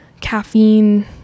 caffeine